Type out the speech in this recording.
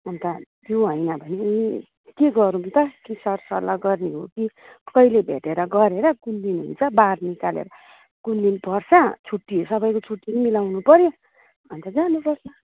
अन्त त्यो होइन भने नि के गरौँ त कि सरसल्लाह गर्ने हो कि कहिले भेटेर गरेर कुन दिन हुन्छ बार निकालेर कुन दिन पर्छ छुट्टी सबैको छुट्टी पनि मिलाउनु पर्यो अन्त जानुपर्छ